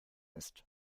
ist